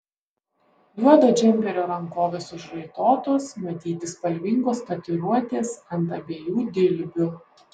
juodo džemperio rankovės užraitotos matyti spalvingos tatuiruotės ant abiejų dilbių